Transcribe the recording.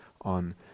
on